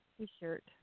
t-shirt